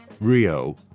Rio